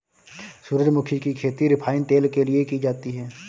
सूरजमुखी की खेती रिफाइन तेल के लिए की जाती है